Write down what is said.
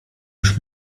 już